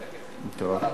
טוב.